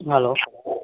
hello